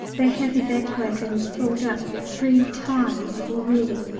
they have evacuated, and filled up three times already.